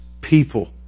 people